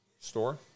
Store